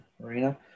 Marina